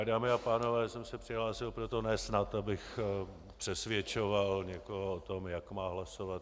Já, dámy a pánové, jsem se přihlásil proto, ne snad abych přesvědčoval někoho o tom, jak má hlasovat.